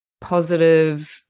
positive